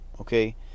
okay